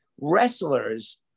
Wrestlers